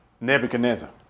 Nebuchadnezzar